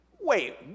wait